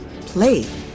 play